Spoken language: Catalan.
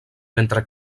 mentre